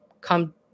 come